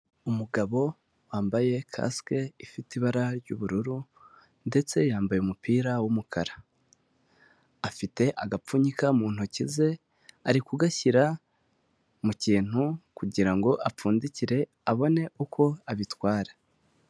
Umugabo wambaye casike ifite ibara ry'ubururu, ndetse yambaye umupira w'umukara. Afite agapfunyika mu ntoki ze ari kugashyira mu kintu kugira ngo apfundikire abone uko abitwara.